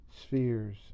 spheres